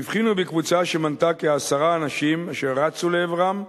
הבחינו בקבוצה שמנתה כעשרה אנשים אשר רצו לעברם,